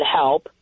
help